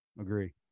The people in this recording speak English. Agree